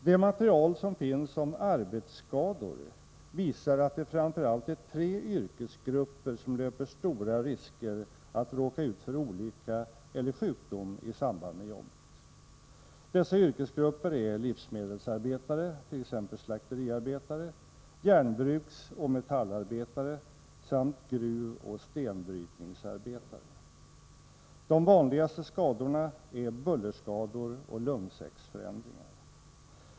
Det material som finns om arbetsskador visar att det framför allt är tre yrkesgrupper som löper stora risker att råka ut för olycka eller sjukdom i samband med jobbet. Dessa yrkesgrupper är livsmedelsarbetare, t.ex. slakteriarbetare, järnbruksoch metallarbetare samt gruvoch stenbrytningsarbetare. De vanligaste skadorna är bullerskador och lungsäcksförändringar.